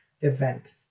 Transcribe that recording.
event